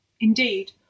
Indeed